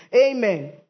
Amen